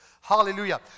Hallelujah